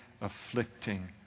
afflicting